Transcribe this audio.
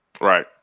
Right